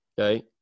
Okay